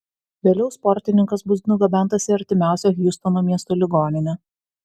vėliau sportininkas bus nugabentas į artimiausią hjustono miesto ligoninę